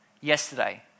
yesterday